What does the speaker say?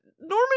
Norman